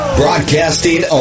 broadcasting